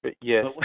Yes